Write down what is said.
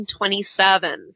1927